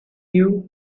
you